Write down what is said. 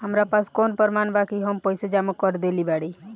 हमरा पास कौन प्रमाण बा कि हम पईसा जमा कर देली बारी?